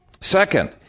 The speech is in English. Second